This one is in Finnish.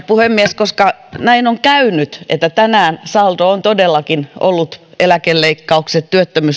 puhemies koska näin on käynyt että tänään saldo on todellakin ollut eläkeleikkaukset